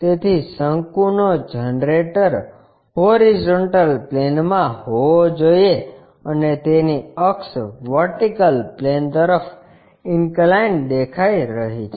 તેથી શંકુ નો જનરેટર હોરીઝોન્ટલ પ્લેનમાં હોવો જોઈએ અને તેની અક્ષ વર્ટિકલ પ્લેન તરફ ઇન્કલાઇન્ડ દેખાય રહી છે